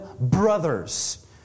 brothers